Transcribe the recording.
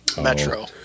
metro